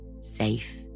safe